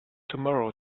tomorrow